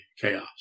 chaos